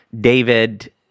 David